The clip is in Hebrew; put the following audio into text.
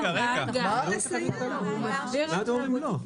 למה אתם אומרים לא?